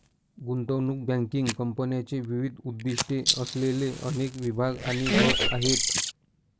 गुंतवणूक बँकिंग कंपन्यांचे विविध उद्दीष्टे असलेले अनेक विभाग आणि गट आहेत